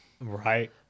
Right